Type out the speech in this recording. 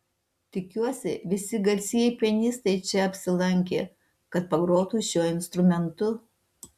tikiuosi visi garsieji pianistai čia apsilankė kad pagrotų šiuo instrumentu